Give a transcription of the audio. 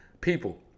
People